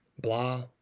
Blah